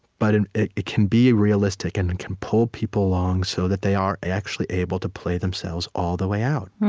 but and it it can be realistic, and it and can pull people along so that they are actually able to play themselves all the way out.